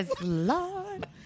Lord